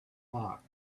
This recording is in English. box